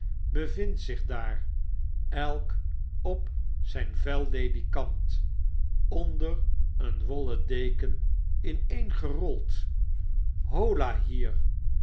bevinden zich daar elk op zyn vuil ledekant onder een wollen deken ineengerold hola hier